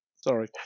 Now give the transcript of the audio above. Sorry